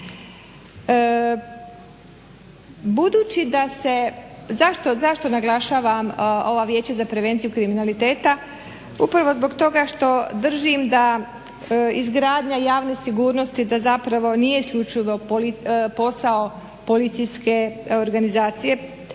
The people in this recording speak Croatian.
Budući da se, zašto naglašavam ovo Vijeće za prevenciju kriminaliteta? Upravo zbog toga što držim da izgradnja javne sigurnosti da zapravo nije isključivo posao policijske organizacije